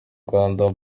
rwanda